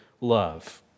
love